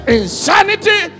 insanity